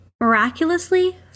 Miraculously